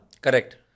Correct